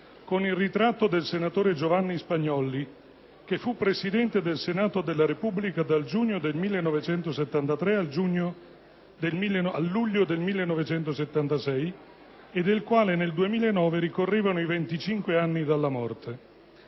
con il ritratto del senatore Giovanni Spagnolli, che fu Presidente del Senato della Repubblica dal giugno 1973 al luglio 1976 e del quale nel 2009 ricorrevano i 25 anni dalla morte.